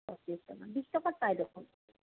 পঁচিছ টকা বিশ টকাত পাই দেখোন